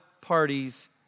parties